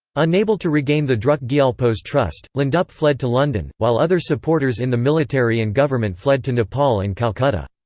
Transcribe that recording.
unable to regain the druk gyalpo's trust, lhendup fled to london, while other supporters in the military and government fled to nepal and calcutta.